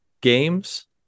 games